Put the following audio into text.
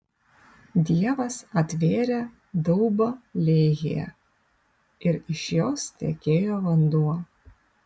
dievas atvėrė daubą lehyje ir iš jos tekėjo vanduo